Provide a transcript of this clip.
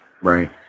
Right